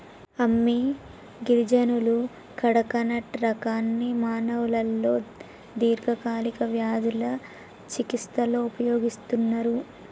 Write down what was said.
అమ్మి గిరిజనులు కడకనట్ రకాన్ని మానవులలో దీర్ఘకాలిక వ్యాధుల చికిస్తలో ఉపయోగిస్తన్నరు